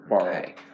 Okay